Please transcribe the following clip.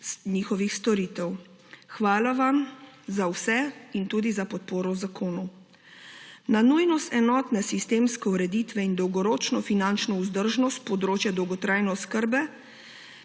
njihovih storitev. Hvala vam za vse in tudi za podporo zakonu. Na nujnost enotne sistemske ureditve in dolgoročno finančno vzdržnost področja dolgotrajne oskrbe